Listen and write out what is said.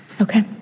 Okay